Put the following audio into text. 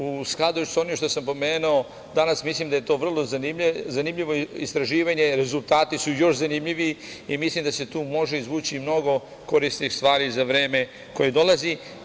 U skladu sa onim što sam pomenuo danas mislim da je to vrlo zanimljivo istraživanje, rezultati su još zanimljiviji i mislim da se tu može izvući mnogo korisnijih stvari za vreme koje dolazi.